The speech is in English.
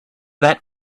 that